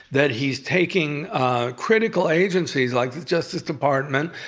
that he's taking critical agencies like the justice department.